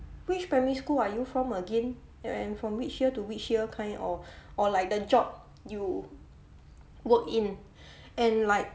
which primary school are you from again and from which year to which year kind of or like the job you work in and like